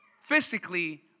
physically